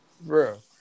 Bro